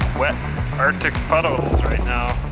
arctic puddles right now.